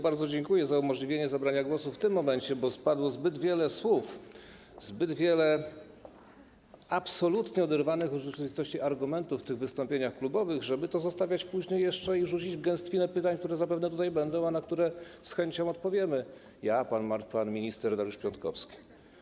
Bardzo dziękuję za umożliwienie zabrania głosu w tym momencie, bo padło zbyt wiele słów, zbyt wiele absolutnie oderwanych od rzeczywistości argumentów w tych wystąpieniach klubowych, żeby to zostawiać jeszcze na później i wrzucać w gęstwinę pytań, które zapewne będą, a na które z chęcią odpowiemy ja i pan minister Dariusz Piontkowski.